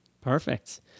Perfect